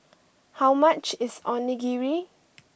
how much is Onigiri